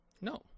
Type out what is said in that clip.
No